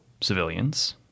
civilians